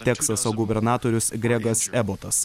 teksaso gubernatorius gregas ebotas